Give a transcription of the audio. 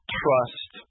trust